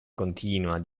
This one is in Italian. continua